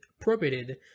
appropriated